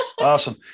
Awesome